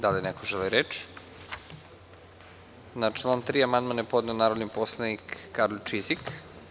Da li neko želi reč? (Ne) Na član 3. amandman je podneo narodni poslanik Karolj Čizik.